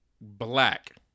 black